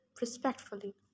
respectfully